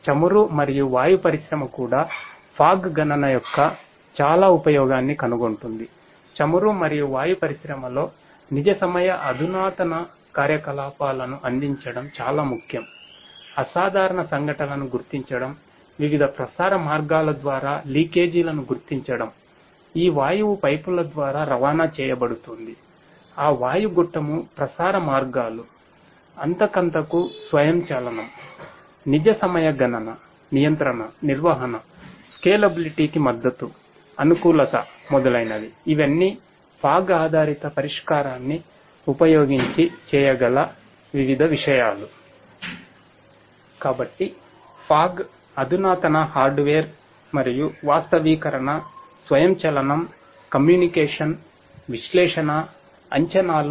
చమురు మరియు వాయు పరిశ్రమ కూడా ఫాగ్ ఆధారితపరిష్కారాన్ని ఉపయోగించి చేయగల వివిధ విషయాలు